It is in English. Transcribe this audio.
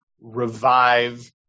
revive